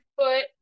foot